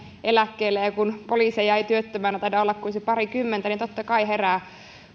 eläkkeelle ja ja kun poliiseja ei työttömänä taida olla kuin se parikymmentä niin totta kai herää